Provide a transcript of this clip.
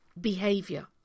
behavior